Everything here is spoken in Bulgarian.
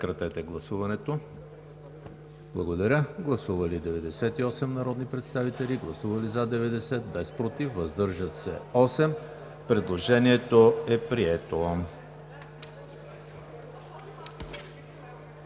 Предложението е прието.